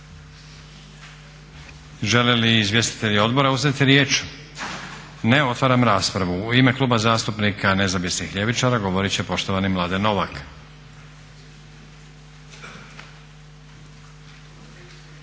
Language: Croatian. Žele li izvjestitelji odbora uzeti riječ? Ne. Otvaram raspravu. U ime Kluba zastupnika Nezavisnih ljevičara govorit će poštovani Mladen Novak.